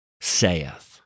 saith